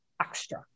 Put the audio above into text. extra